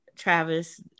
Travis